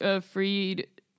Freed